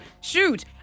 Shoot